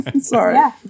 sorry